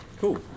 Cool